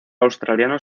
australiano